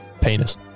Penis